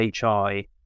HI